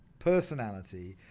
personality,